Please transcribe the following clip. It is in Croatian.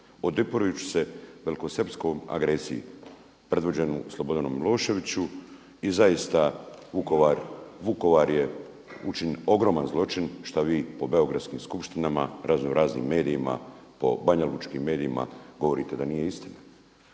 odupirujući se velikosrpskoj agresiji predvođenu Slobodanom Miloševićem. I zaista Vukovar, Vukovaru je učinjen ogroman zločin šta vi po beogradskim skupštinama, razno raznim medijima, po banjalučkim medijima govorite da nije istina.